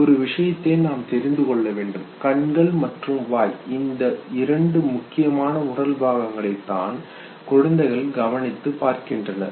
ஒரு விஷயத்தை நாம் தெரிந்து கொள்ள வேண்டும் கண்கள் மற்றும் வாய் இந்த முக்கியமான இரண்டு உடல் பாகங்களை தான் குழந்தைகள் கவனித்து பார்க்கின்றனர்